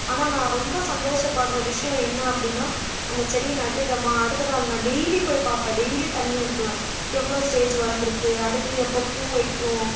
ஆனால் நான் ரொம்ப சந்தோஷப்படுற விஷ்யம் என்ன அப்படின்னா அந்த செடியை நட்டுவிட்டமா அடுத்த நாள் நான் டெய்லி போய் பார்ப்பேன் டெய்லி தண்ணி ஊற்றுவேன் எவ்வளோ ஸ்டேஜ் வளர்ந்துருக்கு அடுத்தது எப்போ பூ வைக்கும்